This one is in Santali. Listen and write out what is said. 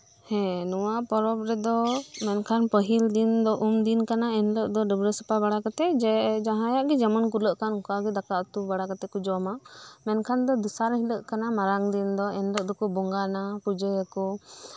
ᱦᱮᱸ ᱱᱚᱶᱟ ᱯᱚᱨᱚᱵ ᱨᱮᱫᱚ ᱢᱮᱱᱠᱷᱟᱱ ᱯᱟᱹᱦᱤᱞ ᱫᱤᱱ ᱫᱚ ᱩᱢᱫᱤᱱ ᱠᱟᱱᱟ ᱮᱱᱦᱤᱞᱚᱜ ᱫᱚ ᱰᱟᱹᱵᱨᱟᱹ ᱥᱟᱯᱷᱟ ᱵᱟᱲᱟ ᱠᱟᱛᱮᱫ ᱡᱮ ᱡᱟᱦᱟᱸᱭᱟᱜ ᱜᱮ ᱡᱮᱢᱚᱱ ᱠᱩᱲᱟᱹᱜ ᱠᱟᱱ ᱚᱱᱠᱟᱜᱮ ᱫᱟᱠᱟ ᱩᱛᱩ ᱵᱟᱲᱟᱠᱟᱛᱮᱫ ᱠᱚ ᱡᱚᱢᱟ ᱢᱮᱱᱠᱷᱟᱱ ᱫᱚ ᱫᱚᱥᱟᱨ ᱦᱤᱞᱳᱜ ᱠᱟᱱᱟ ᱢᱟᱨᱟᱝ ᱫᱤᱱ ᱫᱚ ᱮᱱᱦᱤᱞᱚᱜ ᱫᱚᱠᱚ ᱵᱚᱸᱜᱟᱱᱟ ᱯᱩᱡᱟᱹᱭᱟᱠᱚ